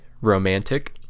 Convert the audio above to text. Romantic